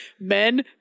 Men